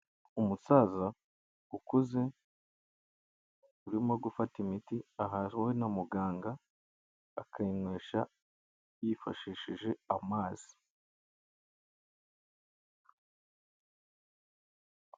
Umusaza ukuze urimo gufata imiti ahawe na muganga, akayinywesha yifashishije amazi.